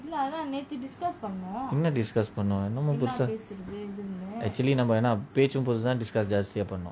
என்ன:enna discuss பண்ணோம் என்னமோ புதுசா:pannom ennamo puthusa actually நம்ம என்ன பேசும் போது தான்:namma enna peasum bothu thaan discuss ஜாஸ்தியா போனோம்:jasthiya panom